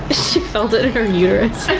she felt it in her uterus?